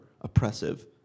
oppressive